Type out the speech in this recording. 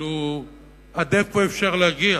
עד איפה אפשר להגיע?